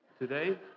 today